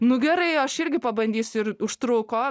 nu gerai aš irgi pabandysiu ir užtruko